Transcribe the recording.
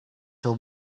till